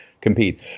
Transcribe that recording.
Compete